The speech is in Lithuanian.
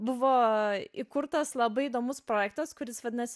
buvo įkurtas labai įdomus projektas kuris vadinasi